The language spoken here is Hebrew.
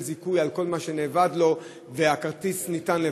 זיכוי על כל מה שאבד לו והכרטיס ניתן,